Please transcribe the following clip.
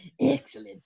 excellent